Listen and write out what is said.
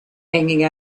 hanging